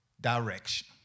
direction